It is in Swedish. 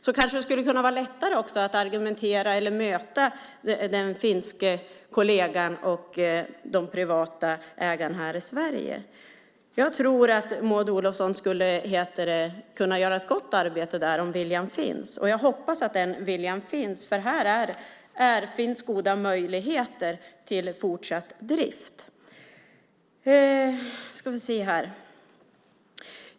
Då kanske det skulle vara lättare att möta den finske kollegan och de privata ägarna här i Sverige. Maud Olofsson skulle kunna göra ett gott arbete om viljan funnes. Jag hoppas att viljan finns, för här finns goda möjligheter till fortsatt drift.